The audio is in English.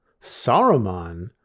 Saruman